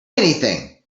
anything